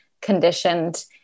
conditioned